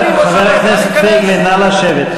חבר הכנסת פייגלין, נא לשבת.